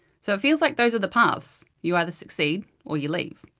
so it feels like those are the paths you either succeed, or you leave.